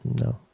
No